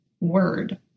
word